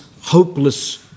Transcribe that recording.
hopeless